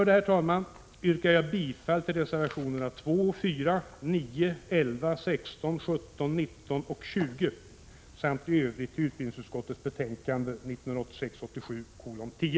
Med det anförda yrkar jag bifall till reservationerna 2, 4, 9, 11, 16, 17, 19 och 20 samt i övrigt till utbildningsutskottets hemställan i betänkande 1986/87:10.